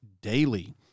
daily